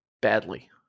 badly